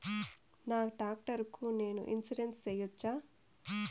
నా టాక్టర్ కు నేను ఇన్సూరెన్సు సేయొచ్చా?